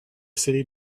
city